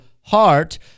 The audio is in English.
heart